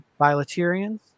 bilaterians